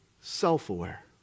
self-aware